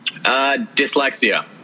Dyslexia